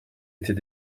était